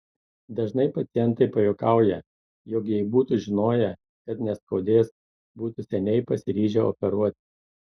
dažnai pacientai pajuokauja jog jei būtų žinoję kad neskaudės būtų seniai pasiryžę operuotis